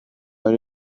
buri